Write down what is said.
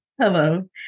Hello